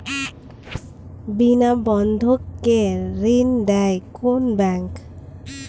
বিনা বন্ধক কে ঋণ দেয় কোন ব্যাংক?